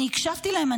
אני הקשבתי להם.